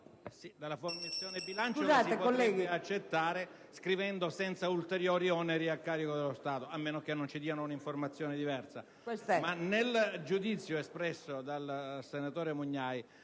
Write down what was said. della Commissione bilancio si potrebbe accettare se si scrivesse: «senza ulteriori oneri a carico dello Stato », a meno che non ci diano un'informazione diversa. Dal giudizio espresso dal senatore Mugnai